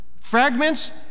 fragments